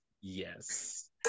yes